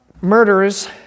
Murders